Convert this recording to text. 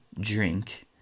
drink